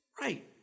Right